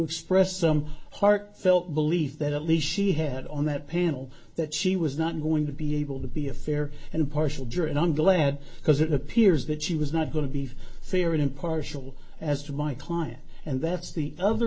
express some heartfelt belief that at least she had on that panel that she was not going to be able to be a fair and impartial jury and i'm glad because it appears that she was not going to be fair and impartial as to my client and that's the other